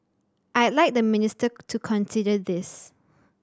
I'd like the minister to consider this